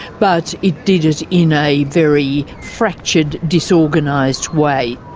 but it did it in a very fractured, disorganised way.